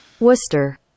Worcester